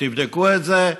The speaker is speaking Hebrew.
תבדקו את זה,